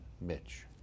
Mitch